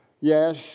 Yes